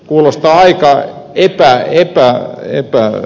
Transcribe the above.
kuulostaa aika epärehelliseltä toiminnalta